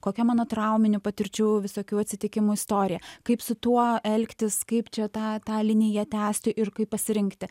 kokia mano trauminių patirčių visokių atsitikimų istorija kaip su tuo elgtis kaip čia tą tą liniją tęsti ir kaip pasirinkti